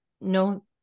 no